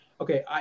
okay